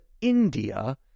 india